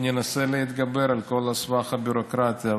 וננסה להתגבר על כל הסבך הביורוקרטי.